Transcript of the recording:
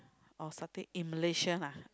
oh satay in Malaysia lah